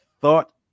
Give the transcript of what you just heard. thought